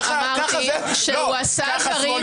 הפוך.